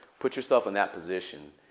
put yourself in that position.